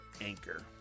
Anchor